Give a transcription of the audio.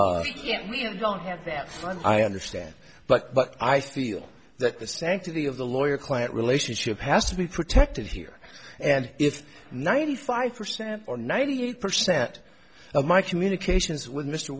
we don't have that i understand but i feel that the sanctity of the lawyer client relationship has to be protected here and if ninety five percent or ninety eight percent of my communications with m